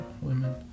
women